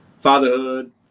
fatherhood